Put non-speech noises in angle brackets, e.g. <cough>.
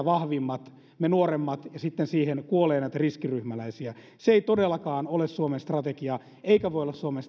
<unintelligible> vahvimmat me nuoremmat ja sitten siihen kuolee näitä riskiryhmäläisiä se ei todellakaan ole suomen strategia eikä voi olla suomen <unintelligible>